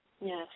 Yes